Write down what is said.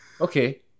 okay